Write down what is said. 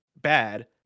bad